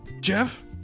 Jeff